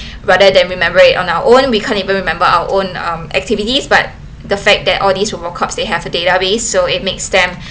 rather than remember it on our own and we can't even remember our own um activities but the fact that all these robot cops they have a database so it makes them